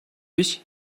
биш